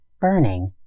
burning